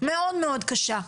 מאוד מאוד קשה.